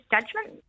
judgment